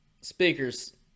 speakers